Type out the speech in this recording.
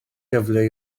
gyfle